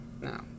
no